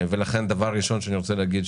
ולכן דבר ראשון שאני רוצה להגיד,